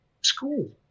school